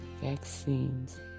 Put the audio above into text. vaccines